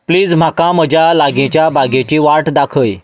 please म्हाका म्हज्या लागींच्या भागेची वाट दाखय